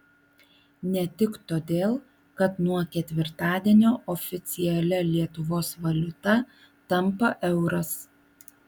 ne tik todėl kad nuo ketvirtadienio oficialia lietuvos valiuta tampa euras